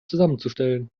zusammenzustellen